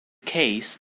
case